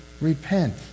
repent